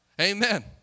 Amen